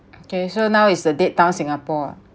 okay so now it's the dead town singapore ah